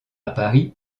paris